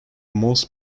most